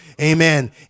amen